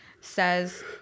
says